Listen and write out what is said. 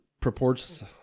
purports